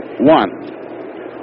one